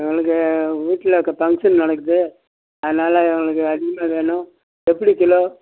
எங்களுக்கு வீட்டில் இப்போ ஃபங்க்ஷன் நடக்குது அதனால் எங்களுக்கு அதிகமாக வேணும் எப்படி கிலோ